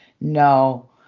no